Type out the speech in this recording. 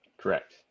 Correct